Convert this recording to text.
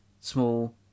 small